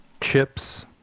Chips